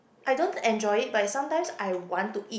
I don't enjoy it but I sometimes I want to eat